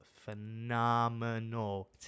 phenomenal